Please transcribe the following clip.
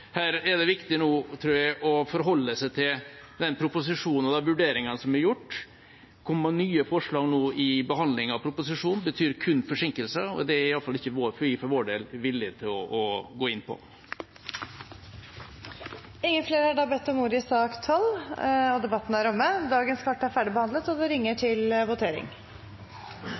Her tror jeg nå det er viktig å forholde seg til proposisjonen og de vurderingene som er gjort. Å komme med nye forslag nå, i behandlingen av proposisjonen, betyr kun forsinkelser, og det er iallfall ikke vi for vår del villige til å gå inn på. Flere har ikke bedt om ordet til sak nr. 12. Stortinget er klar til å gå til votering over sakene på dagens kart. Under debatten er det satt frem i alt to forslag. Det er